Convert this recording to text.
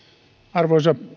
arvoisa